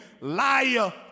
liar